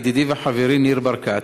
ידידי וחברי ניר ברקת,